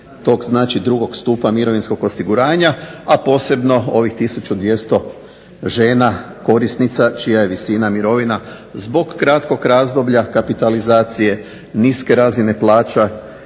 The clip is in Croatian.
tog 2. Stupa mirovinskog osiguranja a posebno ovih 1200 žena, korisnica mirovina, čija je visina mirovina zbog kratkog razdoblja kapitalizacije niske razine plaća